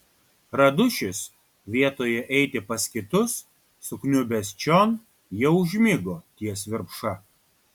radušis vietoje eiti pas kitus sukniubęs čion jau užmigo ties virpša